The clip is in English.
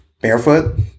Barefoot